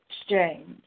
exchange